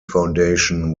foundation